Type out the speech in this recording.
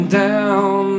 down